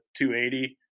280